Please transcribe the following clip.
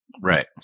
Right